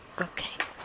Okay